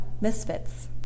misfits